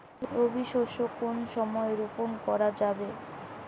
রবি শস্য কোন সময় রোপন করা যাবে?